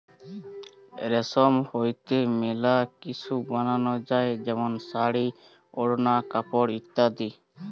রেশম হইতে মেলা কিসু বানানো যায় যেমন শাড়ী, ওড়না, কাপড় ইত্যাদি